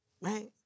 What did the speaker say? Right